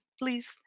please